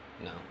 No